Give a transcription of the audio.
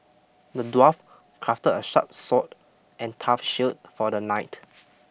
the dwarf crafted a sharp sword and tough shield for the knight